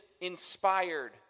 inspired